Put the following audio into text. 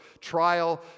trial